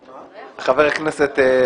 הישיבה.